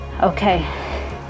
Okay